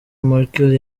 markle